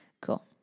Cool